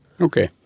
Okay